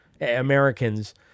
Americans